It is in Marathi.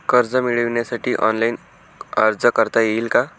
कर्ज मिळविण्यासाठी ऑनलाइन अर्ज करता येईल का?